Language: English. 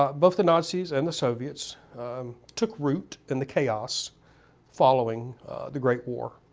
but both the nazis and the soviets took root in the chaos following the great war,